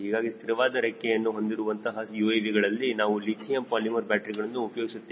ಹೀಗಾಗಿ ಸ್ಥಿರವಾದ ರೆಕ್ಕೆಯನ್ನು ಹೊಂದಿರುವಂತಹ UAVಗಳಲ್ಲಿ ನಾವು ಲಿಥಿಯಂ ಪಾಲಿಮರ್ ಬ್ಯಾಟರಿಗಳನ್ನು ಉಪಯೋಗಿಸುತ್ತೇವೆ